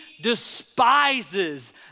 despises